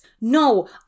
No